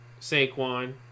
Saquon